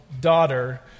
daughter